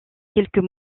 quelques